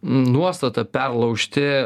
nuostatą perlaužti